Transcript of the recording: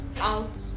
out